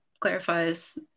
clarifies